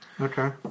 Okay